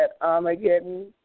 Armageddon